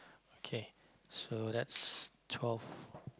K so that's twelve